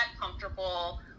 comfortable